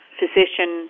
physician